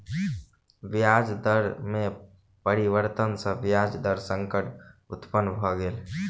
ब्याज दर में परिवर्तन सॅ ब्याज दर संकट उत्पन्न भ गेल